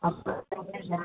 अपनेसँ नहि जाएत